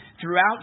Throughout